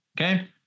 Okay